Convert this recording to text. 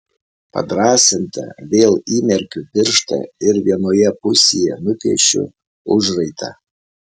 padrąsinta vėl įmerkiu pirštą ir vienoje pusėje nupiešiu užraitą